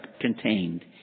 contained